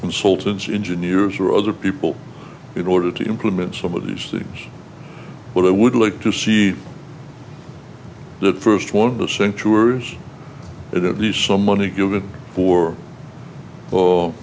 consultants engineers or other people in order to implement some of these things but i would like to see the first one of the sink tours at least some money given for or